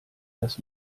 das